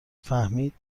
فهمید